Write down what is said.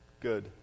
good